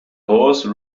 horse